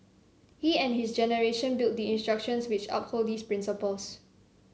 he and his generation built the institutions which uphold these principles